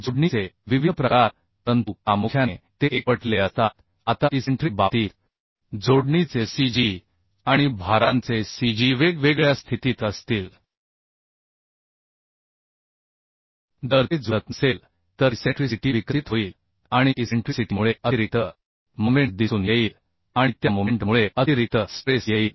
जोडणीचे विविध प्रकार परंतु प्रामुख्याने ते एकवटलेले असतात आता इसेंट्रिक बाबतीत जोडणीचे cg आणि भारांचे cgवेगवेगळ्या स्थितीत असतील जर ते जुळत नसेल तर इसेंट्रीसिटी विकसित होईल आणि इसेंट्रीसिटीमुळे अतिरिक्त मोमेंट दिसून येईल आणि त्यामोमेंट मुळे अतिरिक्त स्ट्रेस येईल